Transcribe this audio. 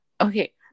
okay